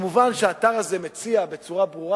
מובן שהאתר הזה מודיע בצורה ברורה